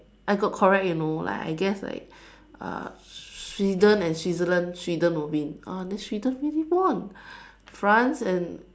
I got correct you know like I guess like uh Sweden and Switzerland Sweden will win oh then Sweden really won then France and